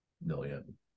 million